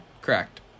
Correct